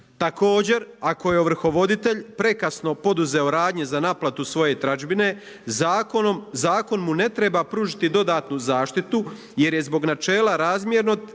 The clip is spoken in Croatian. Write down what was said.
Također ako je ovrhovoditelj prekasno poduzeo radnje za naplatu svoje tražbine zakon mu ne treba pružiti dodatnu zaštitu jer je zbog načela razmjernosti